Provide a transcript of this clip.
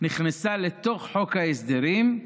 נכנסה לתוך חוק ההסדרים,